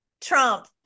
trump